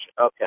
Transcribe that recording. Okay